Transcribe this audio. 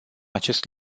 acest